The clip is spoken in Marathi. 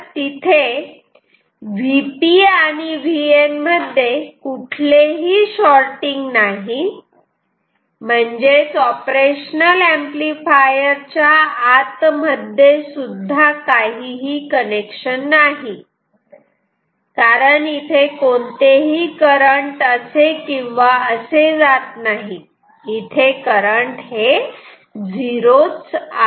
तिथे Vp आणि Vn मध्ये खरोखर कुठलेही शॉटिंग नाही म्हणजेच ऑपरेशनल ऍम्प्लिफायर च्या आत मध्ये सुद्धा काहीही कनेक्शन नाही कारण इथे कोणतेही करंट असे किंवा असे जात नाही इथे करंट झिरो च आहे